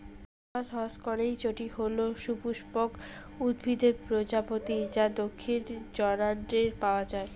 crocus হসকনেইচটি হল সপুষ্পক উদ্ভিদের প্রজাতি যা দক্ষিণ জর্ডানে পাওয়া য়ায়